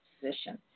position